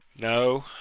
no,